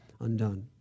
undone